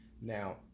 now